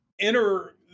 enter